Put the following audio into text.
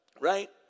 right